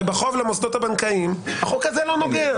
ובחוב למוסדות הבנקאיים החוק הזה לא נוגע.